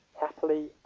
happily